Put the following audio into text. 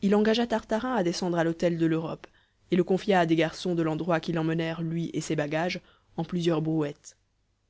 il engagea tartarin à descendre à l'hôtel de l'europe et le confia à des garçons de l'endroit qui l'emmenèrent lui et ses bagages en plusieurs brouettes